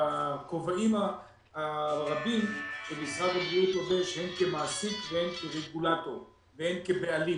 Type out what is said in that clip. ובכובעים הרבים שמשרד הבריאות לובש הן כמעסיק והן כרגולטור והן כבעלים.